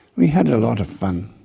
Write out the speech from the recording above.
we had a lot of fun.